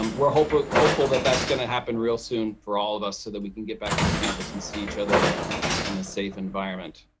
um we're hopeful hopeful that that's going to happen real soon for all of us so that we can get back on campus and see each other in ah in a safe environment.